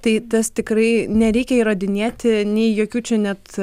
tai tas tikrai nereikia įrodinėti nei jokių čia net